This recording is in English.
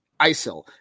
ISIL